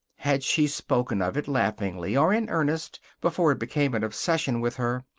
had she spoken of it, laughingly or in earnest, before it became an obsession with her,